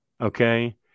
okay